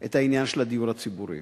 את העניין של הדיור הציבורי.